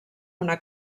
una